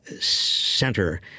center